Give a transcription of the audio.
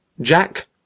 Jack